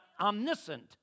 omniscient